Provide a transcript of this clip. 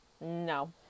No